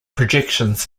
projections